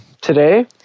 Today